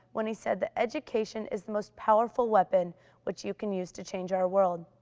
when he said that education is the most powerful weapon which you can use to change our world.